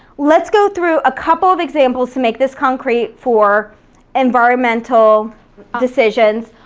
let's go through a couple of examples to make this concrete for environmental decisions.